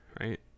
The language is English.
right